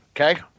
Okay